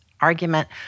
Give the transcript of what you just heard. argument